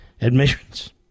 admissions